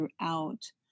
throughout